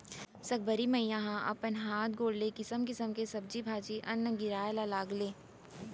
साकंबरी मईया ह अपन हात गोड़ ले किसम किसम के सब्जी भाजी, अन्न गिराए ल लगगे